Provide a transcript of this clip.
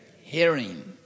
Hearing